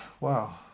Wow